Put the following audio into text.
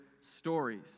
stories